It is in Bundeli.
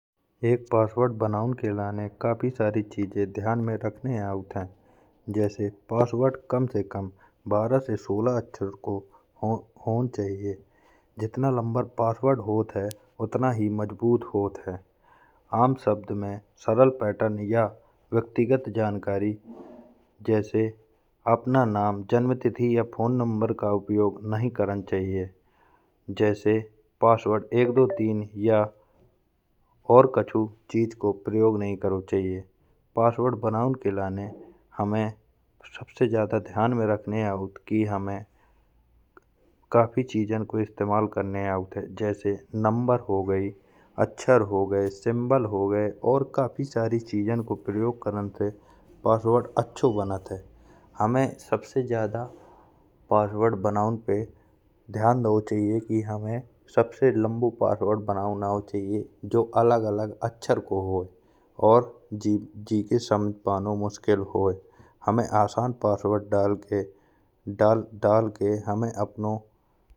एक पासवर्ड बनाउन के लाने काफ़ी सारी चीजे ध्यान में राखने आउत हैं। जेसे पासवर्ड कम से कम बारह-सोलह अक्षर हों चाहिये जितना लंबा पासवर्ड होत है उतना ही मजबूत होत है। आम सबद में सरल पैटर्न या व्यक्तिगित जानकारी जेसे अपन नाम, जन्मतिथि और फ़ोन नंबर को उपयोग नहीं करन चाहिये। जैसे पासवर्ड एक दो तीन या कछु चीज़ को प्रयोग नहीं करो चाहिये। पासवर्ड बनउअन के लाने हमें सबसे जादा ध्यान में राखने आउत है। कि हमें काफ़ी चीज़ों को इस्तेमाल करने आउत है जेसे नंबर हो गए, अक्षर हो गए, सिम्बल हो गए और काफ़ी सारी चीज़ों को प्रयोग करन से पासवर्ड अच्छा बनत है। हमें सबसे जादा पासवर्ड बनउअन के ध्यान देओ चाहिये कि हमें पासवर्ड बनाउअन आओ चाहिये। जो अलग अलग अक्षर को होय और जिको समझ पाउने मुश्किल हो। हमें आसान पासवर्ड डाल के हमें अपनो।